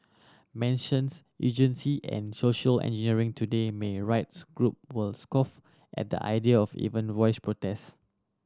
mentions and social engineering today may rights group would scoff at the idea of even voice protest